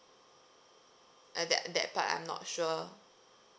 uh that that part I'm not sure